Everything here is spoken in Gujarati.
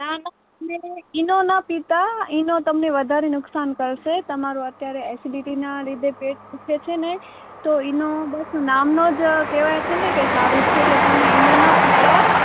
ના ના ઈનો ના પીતા ઈનો તમને વધારે નુકસાન કરશે તમારું અત્યારે ઍસિડિટીના લીધે પેટ દુઃખે છે ને તો ઈનો બસ નામનો જ કહેવાય છે કે જે સારું છે એટલે તમે ઈનો ના પીતા